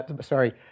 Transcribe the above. sorry